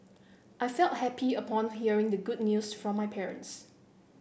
I felt happy upon hearing the good news from my parents